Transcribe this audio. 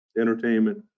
entertainment